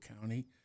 County